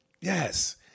Yes